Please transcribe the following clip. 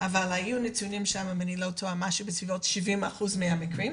אבל היו נתונים שם של משהו בסביבות 70% מהמקרים,